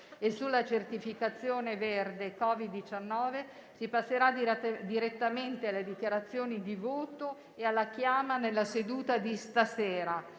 della certificazione verde Covid-19, si passerà direttamente alle dichiarazioni di voto e alla chiama nella seduta di questa sera.